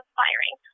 firing